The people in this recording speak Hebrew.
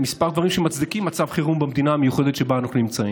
כמה דברים שמצדיקים מצב חירום במדינה המיוחדת שבה אנחנו נמצאים.